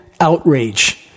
outrage